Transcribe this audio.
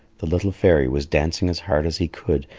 the little fairy was dancing as hard as he could,